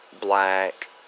black